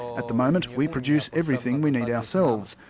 at the moment, we produce everything we need ourselves.